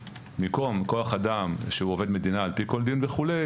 במקום כוח אדם שהוא עובד מדינה על פי כל דין וכולי,